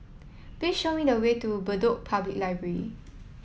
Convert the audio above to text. please show me the way to Bedok Public Library